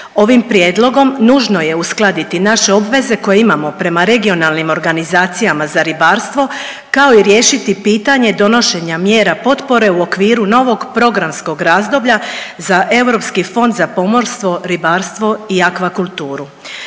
Ovim prijedlogom nužno je uskladiti naše obveze koje imamo prema regionalnim organizacijama za ribarstvo kao i riješiti pitanje donošenja mjera potpore u okviru novog programskog razdoblja za Europski fond za pomorstvo, ribarstvo i aquakulturu.